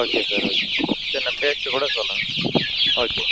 okay sir okay சரி நான் பேசிவிட்டு கூட சொல்கிறேங்க ஓகே